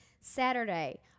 Saturday